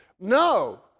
No